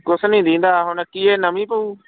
ਕੁਛ ਨਹੀਂ ਦੀਂਦਾ ਹੁਣ ਕੀ ਇਹ ਨਵੀਂ ਪਊ